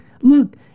look